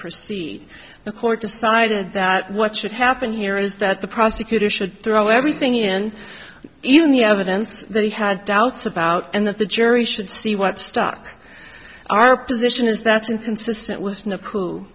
proceed the court decided that what should happen here is that the prosecutor should throw everything in even the evidence that he had doubts about and that the jury should see what stock our position is that's inconsistent with no c